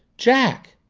jack!